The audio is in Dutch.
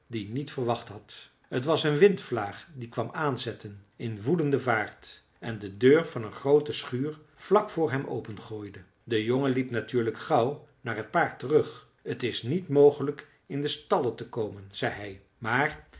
die niet verwacht had t was een windvlaag die kwam aanzetten in woedende vaart en de deur van een groote schuur vlak voor hem opengooide de jongen liep natuurlijk gauw naar het paard terug t is niet mogelijk in de stallen te komen zei hij maar